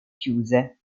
chiuse